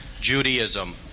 Judaism